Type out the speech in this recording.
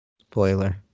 spoiler